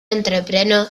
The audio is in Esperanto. entrepreno